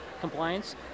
compliance